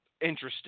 interesting